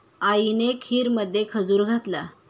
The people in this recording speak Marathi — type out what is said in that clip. आईने खीरमध्ये खजूर घातला